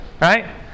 Right